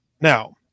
Now